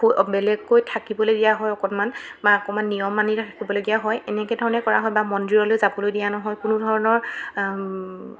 শু বেলেগকৈ থাকিবলৈ দিয়া হয় অকণমান বা অকণমান নিয়ম মানি ৰাখিবলগীয়া হয় এনেকৈ ধৰণে কৰা হয় বা মন্দিৰলৈ যাবলৈ দিয়া নহয় কোনোধৰণৰ